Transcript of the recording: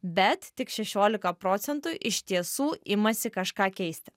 bet tik šešiolika procentų iš tiesų imasi kažką keisti